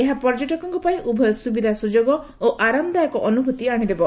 ଏହା ପର୍ଯ୍ୟଟକଙ୍କ ପାଇଁ ଉଭୟ ସୁବିଧା ସୁଯୋଗ ଓ ଆରାମଦାୟକ ଅନୁଭୂତି ଆଶିଦେବ